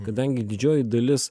kadangi didžioji dalis